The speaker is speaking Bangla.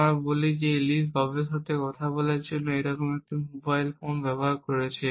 আমরা বলি যে এলিস ববের সাথে কথা বলার জন্য এইরকম একটি মোবাইল ফোন ব্যবহার করছে